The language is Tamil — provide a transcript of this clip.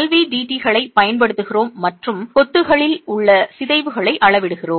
LVDTகளைப் பயன்படுத்துகிறோம் மற்றும் கொத்துகளில் உள்ள சிதைவுகளை அளவிடுகிறோம்